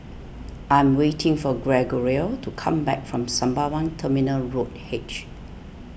I'm waiting for Gregorio to come back from Sembawang Terminal Road H